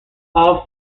all